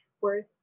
worth